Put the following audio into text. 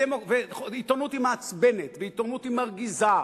עיתונות היא מעצבנת, ועיתונות היא מרגיזה,